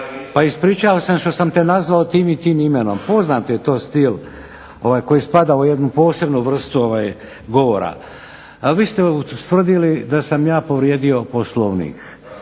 pa ispričavam se što sam te nazvao tim i tim imenom. Poznat je to stil koji spada u jednu posebnu vrstu govora. Vi ste ustvrdili da sam ja povrijedio Poslovnik.